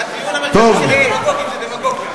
הטיעון המרכזי של דמגוגי זה דמגוגיה.